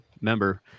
member